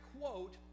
quote